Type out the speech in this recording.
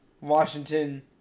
Washington